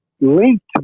linked